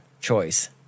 choice